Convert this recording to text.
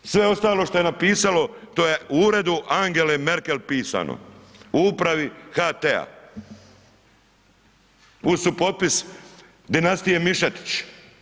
Sve ostalo što je napisalo, to je u uredu Angele Merkel pisano, u upravi HT-a, uz supotpis dinastije Mišetić.